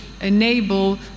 enable